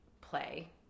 play